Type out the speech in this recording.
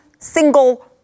single